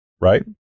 Right